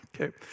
okay